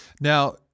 Now